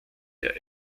der